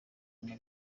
nta